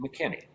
McKinney